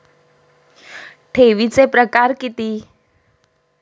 ठेवीचे प्रकार किती?